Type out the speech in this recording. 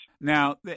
Now